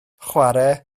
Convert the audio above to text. chwarae